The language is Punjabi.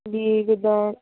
ਵੀ ਜਿੱਦਾਂ